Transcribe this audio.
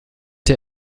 der